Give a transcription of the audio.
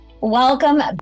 Welcome